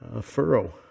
furrow